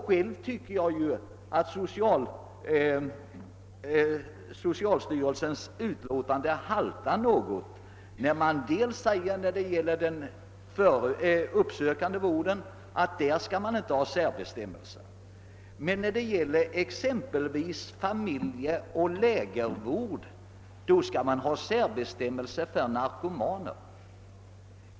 Själv tycker jag att socialstyrelsens utlåtande haltar något när däri sägs, dels att för den uppsökande vården inte skall finnas några särbestämmelser, dels att för exempelvis familjeoch lägervård skall särbestämmelser finnas för narkomaner.